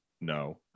no